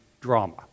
drama